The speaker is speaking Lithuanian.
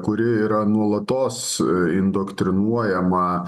kuri yra nuolatos indoktrinuojama